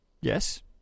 Yes